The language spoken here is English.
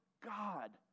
God